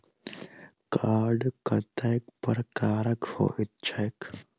Card कतेक प्रकारक होइत छैक?